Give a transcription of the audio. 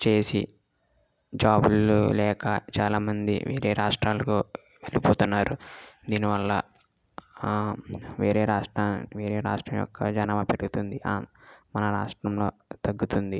చేసి జాబులు లేక చాలా మంది వేరే రాష్ట్రాలకు వెళ్ళిపోతున్నారు దీనివల్ల వేరే రాష్ట్ర వేరే రాష్ట్రం యొక్క జనాభా పెరుగుతుంది మన రాష్ట్రంలో తగ్గుతుంది